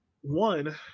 one